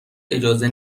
اجازه